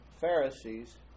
Pharisees